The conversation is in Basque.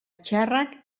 txarrak